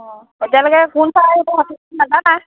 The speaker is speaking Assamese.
অঁ এতিয়ালৈকে কোন ছাৰ আহিব সঠিককৈ নাজানে